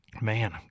Man